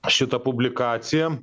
šita publikacija